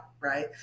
right